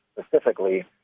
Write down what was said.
specifically